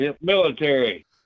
military